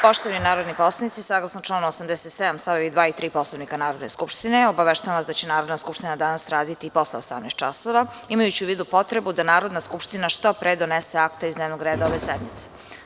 Poštovani narodni poslanici, saglasno članu 87. stavovi 2. i 3. Poslovnika Narodne skupštine, obaveštavam vas da će Narodna skupština danas raditi i posle 18,00 časova, imajući u vidu potrebu da Narodna skupština što pre donese akte iz dnevnog reda ove sednice.